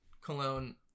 Cologne